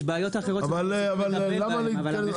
יש בעיות אחרות שצריך לטפל בהן, אבל המחיר ירד.